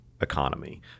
economy